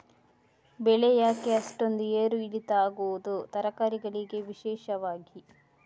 ಬೆಳೆ ಯಾಕೆ ಅಷ್ಟೊಂದು ಏರು ಇಳಿತ ಆಗುವುದು, ತರಕಾರಿ ಗಳಿಗೆ ವಿಶೇಷವಾಗಿ?